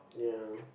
ya